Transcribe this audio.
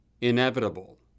inevitable